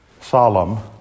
solemn